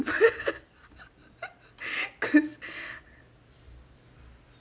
because